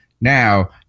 Now